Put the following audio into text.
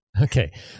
Okay